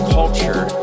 culture